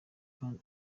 andi